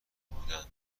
بودن